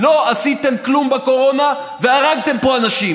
לא עשיתם כלום בקורונה והרגתם פה אנשים.